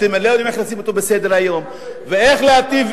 אתם לא יודעים איך לשים אותו בסדר-היום ואיך להיטיב,